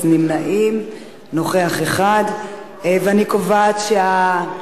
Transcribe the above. נפגעים שנולדו מחוץ לישראל),